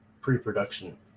pre-production